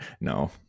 No